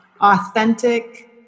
authentic